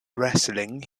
wrestling